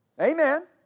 Amen